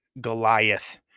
Goliath